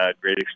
great